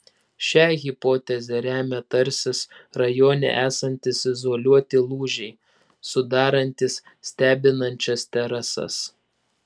šią hipotezę remia tarsis rajone esantys izoliuoti lūžiai sudarantys stebinančias terasas